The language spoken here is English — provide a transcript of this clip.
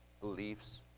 beliefs